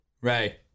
Ray